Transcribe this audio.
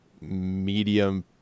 medium